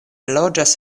loĝas